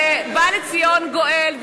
ובא לציון גואל,